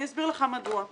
אני אסביר לך מדוע.